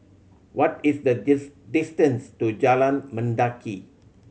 what is the distance to Jalan Mendaki